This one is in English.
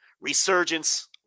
Resurgence